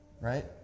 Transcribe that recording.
right